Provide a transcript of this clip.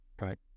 Right